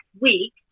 week